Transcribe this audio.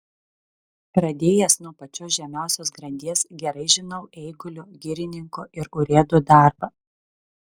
pradėjęs nuo pačios žemiausios grandies gerai žinau eigulio girininko ir urėdo darbą